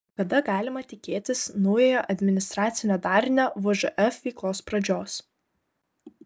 kada galima tikėtis naujojo administracinio darinio vžf veiklos pradžios